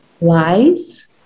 lies